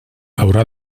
haurà